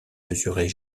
mesurés